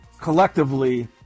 collectively